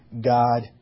God